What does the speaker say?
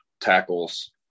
tackles